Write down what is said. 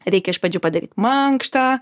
reikia iš pradžių padaryt mankštą